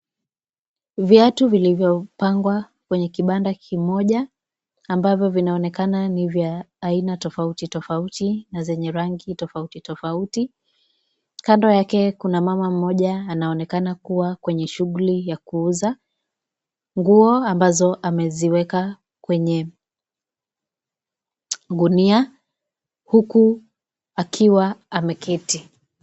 Viatu vilivyopangwa kwenye kibanda kimoja ambavyo vinaonekana ni vya aina tofauti tofauti na zenye rangi tofauti tofauti. Kando yake kuna mama mmoja anaonekana kuwa kwenye shughuli ya kuuza nguo ambazo ameziweka kwenye gunia huku akiwa ameketi.